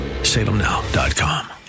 salemnow.com